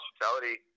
hospitality